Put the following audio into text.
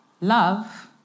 love